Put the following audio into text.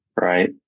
Right